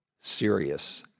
serious